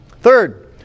Third